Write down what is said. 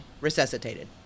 resuscitated